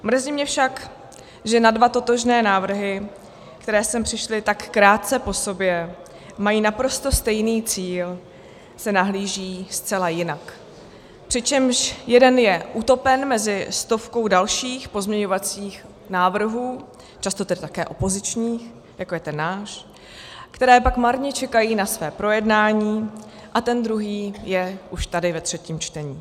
Mrzí mě však, že na dva totožné návrhy, které sem přišly tak krátce po sobě a mají naprosto stejný cíl, se nahlíží zcela jinak, přičemž jeden je utopen mezi stovkou dalších pozměňovacích návrhů, často tedy také opozičních, jako je ten náš, které pak marně čekají na své projednání, a ten druhý je už tady ve třetím čtení.